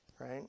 right